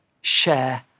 Share